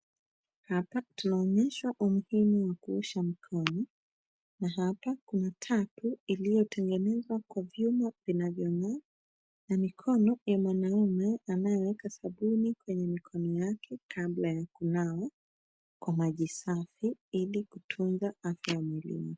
Hapa tunaonyeshwa umuhimu wa kuosha mikono na hapa kuna tapu iliyotengenezwa kwa vyuma vinavyong, aa na mikono ya mwanaume anayeweka sabuni kwenye mikono yake kabla ya kunawa kwa maji safi ili kutunza afya muhimu.